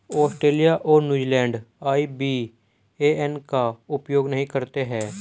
Australia और New Zealand IBAN का उपयोग नहीं करते हैं